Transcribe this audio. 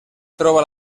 troba